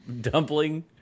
dumpling